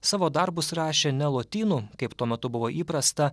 savo darbus rašė ne lotynų kaip tuo metu buvo įprasta